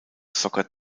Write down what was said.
soccer